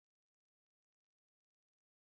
amen amen amen